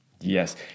Yes